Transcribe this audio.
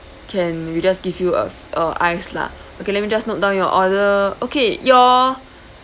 can we'll just give you a a ice lah okay let me just note down your order okay your